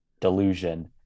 delusion